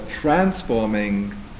transforming